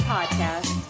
Podcast